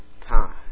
time